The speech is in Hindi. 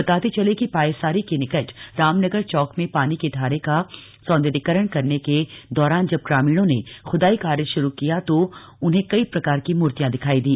बताते चले कि पायसारी के निकट रामनगर चौक में पानी के धारे का सौंदर्यकरण करने के दौरान जब ग्रामीणों ने खुदाई कार्य शुरु किया तो उन्हें कई प्रकार की मूर्तियां दिखाई दी